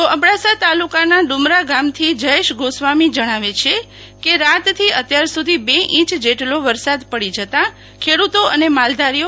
તો અબડાસા તાલુકાના ડુમરા ગામથી જચેશ ગોસ્વામી જણાવે છે કે રાતથી અત્યાર સુધી બે ઇંચ જેટલો વરસાદ પડી જતા ખેડૂતો અને માલધારીઓ ખુશખુશાલ બની ગયા છે